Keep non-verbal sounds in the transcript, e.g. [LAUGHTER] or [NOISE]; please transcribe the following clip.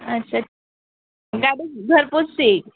अच्छा गाडी भरपूर [UNINTELLIGIBLE]